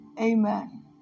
Amen